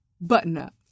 button-up